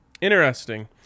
interesting